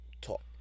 top